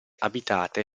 abitate